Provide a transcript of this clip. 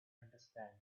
understand